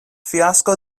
fiasko